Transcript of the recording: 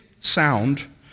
sound